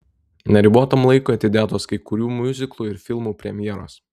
neribotam laikui atidėtos kai kurių miuziklų ir filmų premjeros